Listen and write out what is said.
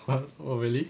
!huh! oh really